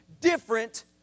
different